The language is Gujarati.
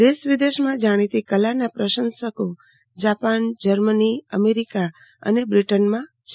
દેશ વિદેશમાં જાણીતી આ કલાના પ્રશન્શકો જાપાન જર્મની અમેરિકા અને બ્રિટનમાં છે